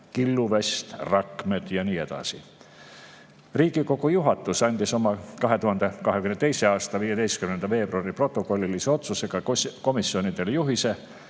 killuvest, rakmed ja nii edasi. Riigikogu juhatus andis oma 2022. aasta 15. veebruari protokollilise otsusega komisjonidele juhise,